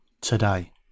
today